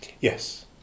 Yes